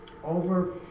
over